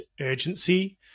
urgency